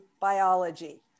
biology